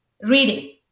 Reading